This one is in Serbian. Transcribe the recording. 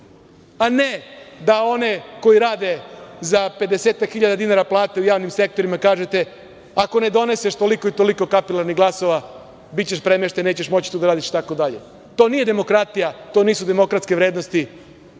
a ne da one koji rade za pedesetak hiljada dinara plate u javnim sektorima kažete ako ne doneseš toliko i toliko kapilarnih glasova, bićeš premešten, nećeš moći tu da radiš itd. To nije demokratija, to nisu demokratske vrednosti,